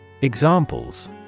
Examples